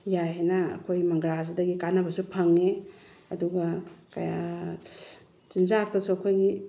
ꯌꯥꯏ ꯍꯥꯏꯅ ꯑꯩꯈꯣꯏ ꯃꯪꯒ꯭ꯔꯥꯁꯤꯗꯒꯤ ꯀꯥꯟꯅꯕꯁꯨ ꯐꯪꯉꯤ ꯑꯗꯨꯒ ꯆꯤꯟꯖꯥꯛꯇꯁꯨ ꯑꯩꯈꯣꯏꯒꯤ